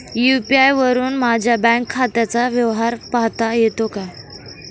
UPI वरुन माझ्या bank खात्याचा व्यवहार पाहता येतो का?